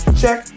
check